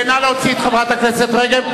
נא להוציא את חברת הכנסת רגב.